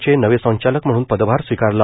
चे नवे संचालक म्हणून पदभार स्वीकारला